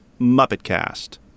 MuppetCast